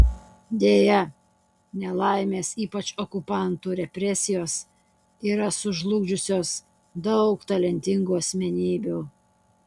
deja nelaimės ypač okupantų represijos yra sužlugdžiusios daug talentingų asmenybių